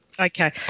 Okay